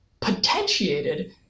potentiated